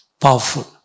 powerful